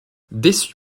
déçu